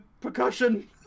percussion